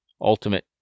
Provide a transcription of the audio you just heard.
ultimate